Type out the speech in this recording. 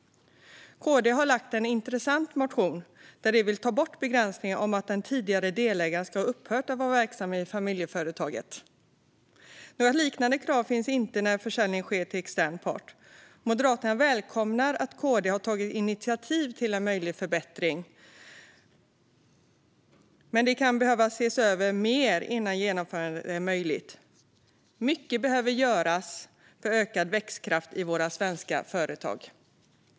KD har väckt en intressant motion om att ta bort begränsningen att den tidigare delägaren ska ha upphört att vara verksam i familjeföretaget. Något liknande krav finns inte när försäljning sker till extern part. Moderaterna välkomnar att KD har tagit initiativ till en möjlig förbättring, men detta kan behöva ses över mer innan genomförande är möjligt. Mycket behöver göras för ökad växtkraft i våra svenska företag.